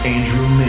Andrew